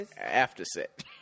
After-set